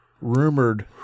rumored